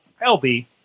LB